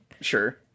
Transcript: Sure